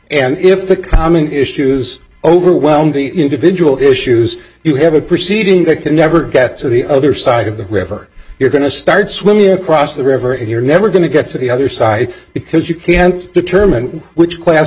and if the calming issues overwhelm the individual issues you have a proceeding that can never get to the other side of the river you're going to start swimming across the river and you're never going to get to the other side because you can't determine which class